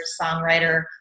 songwriter